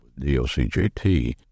DOCJT